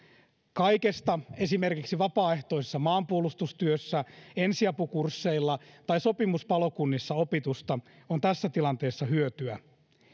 kaikesta esimerkiksi vapaaehtoisessa maanpuolustustyössä ensiapukursseilla tai sopimuspalokunnissa opitusta on tässä tilanteessa hyötyä